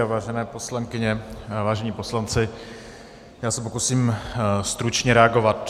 Vážené poslankyně, vážení poslanci, já se pokusím stručně reagovat.